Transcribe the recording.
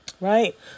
right